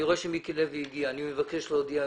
אני רואה שמיקי לוי הגיע ואני מבקש להודיע,